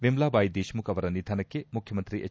ವಿಮಲಾಬಾಯಿ ದೇಶ್ಮುಖ್ ಅವರ ನಿಧನಕ್ಕೆ ಮುಖ್ಯಮಂತ್ರಿ ಎಚ್